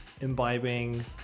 imbibing